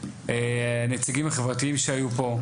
הנציגים החברתיים שהיו פה.